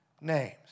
names